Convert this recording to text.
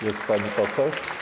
Jest pani poseł?